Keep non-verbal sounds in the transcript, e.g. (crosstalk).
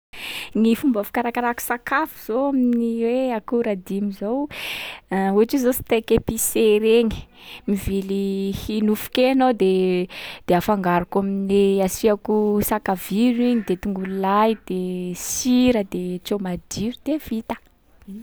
Gny fomba fikarakarako sakafo zao amin’ny hoe akora dimy zao (hesitation) ohatra hoe zao steak épicé regny. Mivily hi- nofokena aho de- de afangaroko am’le- asiàko sakaviro iny, de tongolo lay, de sira, de trômajiro de vita.